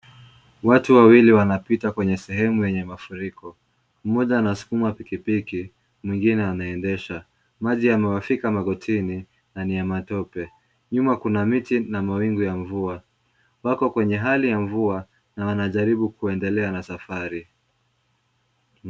Watu wawili wanapita kwenye sehemu yenye mafuriko. Mmoja anasukuma pikipiki, mwingine anaendesha. Maji yamewafika magotini na ni ya matope. Nyuma kuna miti na mawingu ya mvua. Wako kwenye hali ya mvua na wanajaribu kuendelea na safari.